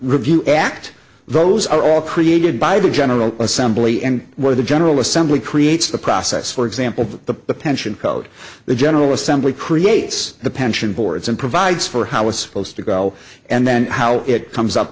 review act those are all created by the general assembly and where the general assembly creates the process for example the pension code the general assembly creates the pension boards and provides for how it's supposed to go and then how it comes up